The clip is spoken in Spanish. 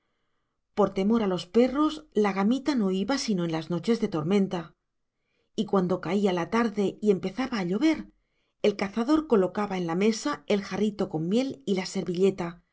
por temor a los perros la gamita no iba sino en las noches de tormenta y cuando caía la tarde y empezaba a llover el cazador colocaba en la mesa el jarrito con miel y la servilleta